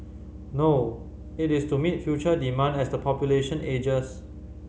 no it is to meet future demand as the population ages